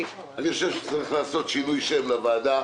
אני חושב שצריך לעשות שינוי שם לוועדה